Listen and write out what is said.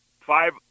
five